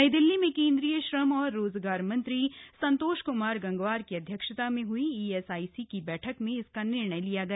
नई दिल्ली में केन्द्रीय श्रम और रोजगार मंत्री संतोष क्मार गंगवार की अध्यक्षता में हई ईएसआईसी की बैठक में इसका निर्णय लिया गया